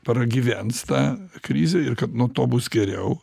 pragyvens tą krizę ir kad nuo to bus geriau